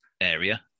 area